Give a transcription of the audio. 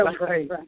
right